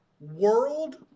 World